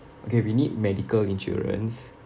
okay we need medical insurance